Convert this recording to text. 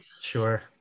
Sure